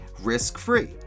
risk-free